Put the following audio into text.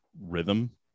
rhythm